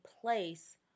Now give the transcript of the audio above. place